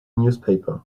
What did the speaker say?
newspapers